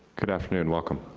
good afternoon, welcome.